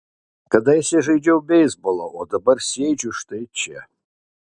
kadaise žaidžiau beisbolą o dabar sėdžiu štai čia